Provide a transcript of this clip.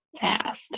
Fast